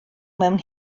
mewn